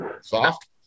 soft